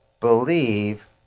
Believe